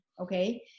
Okay